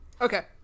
okay